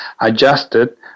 adjusted